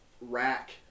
rack